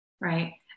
right